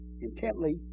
intently